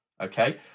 Okay